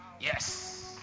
Yes